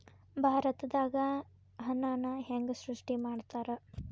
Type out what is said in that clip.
ಭಾರತದಾಗ ಹಣನ ಹೆಂಗ ಸೃಷ್ಟಿ ಮಾಡ್ತಾರಾ